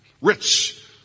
Rich